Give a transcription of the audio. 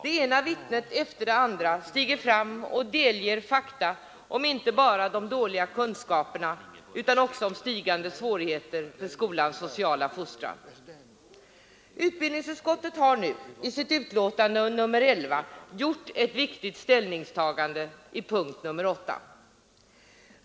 Det ena vittnet efter det andra stiger fram och delger fakta inte bara om de dåliga kunskaperna utan också om stigande svårigheter för skolans sociala fostran. Utbildningsutskottet har i sitt betänkande nr 11 gjort ett viktigt ställningstagande i punkten 8.